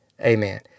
amen